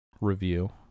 review